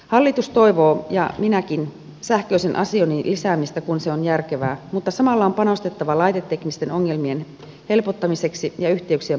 hallitus toivoo ja minäkin sähköisen asioinnin lisäämistä kun se on järkevää mutta samalla on panostettava laiteteknisten ongel mien helpottamiseen ja yhteyksien parantamiseen